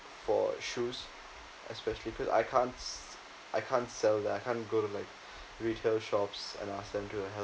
for shoes especially because I can't I can't sell that I can't go to like retail shops and ask them to help